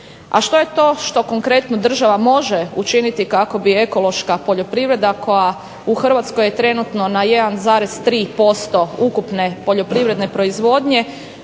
A što je to što konkretno država može učiniti kako bi ekološka poljoprivreda koja u Hrvatskoj je trenutno na 1,3% ukupne poljoprivredne proizvodnje